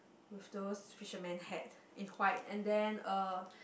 with those fisherman hat in white and then a